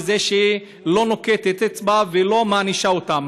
בזה שהיא לא נוקפת אצבע ולא מענישה אותם.